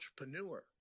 entrepreneur